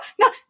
No